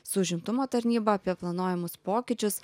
su užimtumo tarnyba apie planuojamus pokyčius